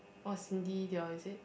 oh Cindy they all is it